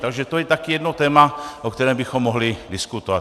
Takže to je také jedno téma, o kterém bychom mohli diskutovat.